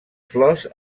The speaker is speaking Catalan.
flors